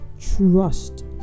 trust